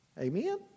Amen